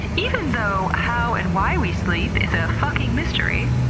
even though how and why we sleep is a fucking mystery,